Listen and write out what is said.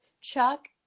Chuck